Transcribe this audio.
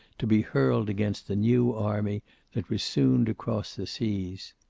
to be hurled against the new army that was soon to cross the seas.